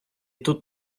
тут